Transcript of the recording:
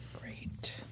Great